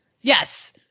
yes